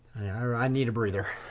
i need a breather.